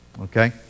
okay